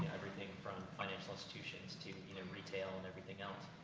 everything from financial institutions to you know, retail, and everything else.